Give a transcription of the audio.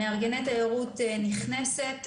מארגני תיירות נכנסת,